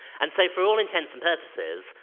and so for all intents and purposes,